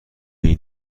این